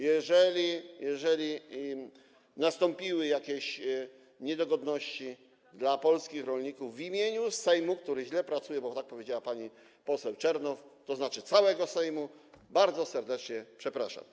Jeżeli wystąpiły jakieś niedogodności dla polskich rolników, w imieniu Sejmu, który źle pracuje, bo tak powiedziała pani poseł Czernow, tzn. całego Sejmu, bardzo serdecznie przepraszam.